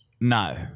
No